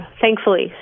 thankfully